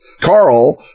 Carl